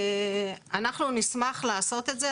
אנחנו נשמח לעשות את זה,